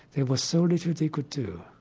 there was so little they could do,